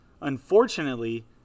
Unfortunately